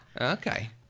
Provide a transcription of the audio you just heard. Okay